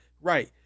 Right